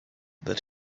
that